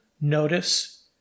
notice